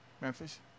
Memphis